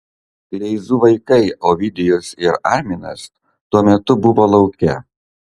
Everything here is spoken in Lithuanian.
kleizų vaikai ovidijus ir arminas tuo metu buvo lauke